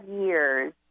years